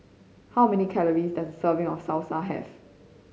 how many calories does a serving of Salsa have